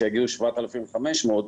שיגיעו 7,500,